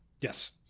Yes